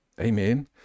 Amen